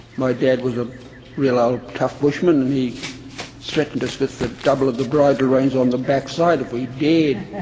my dad was a real old tough bushman and he threatened us with the double of the bridle reins on the backside if we dared,